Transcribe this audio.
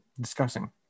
discussing